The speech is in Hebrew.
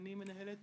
ואני מנהלת